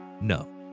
No